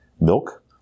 milk